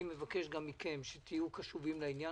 אני מבקש גם מכם, שתהיו קשובים לעניין.